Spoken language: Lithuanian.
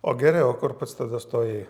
o gerai o kur pats tada stojai